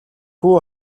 хүү